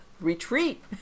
retreat